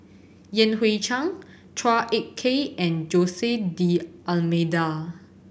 Yan Hui Chang Chua Ek Kay and Jose D'Almeida